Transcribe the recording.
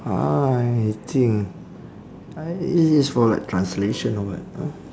uh I think I it's it's for like translation or what know